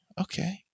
okay